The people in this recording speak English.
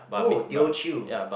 oh Teochew